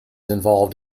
involved